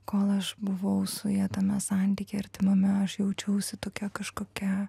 kol aš buvau su ja tame santyky artimame aš jaučiausi tokia kažkokia